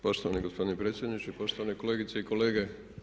Poštovani gospodine predsjedniče, poštovane kolegice i kolege.